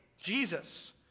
Jesus